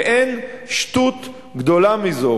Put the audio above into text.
ואין שטות גדולה מזו,